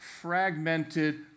fragmented